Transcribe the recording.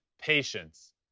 Patience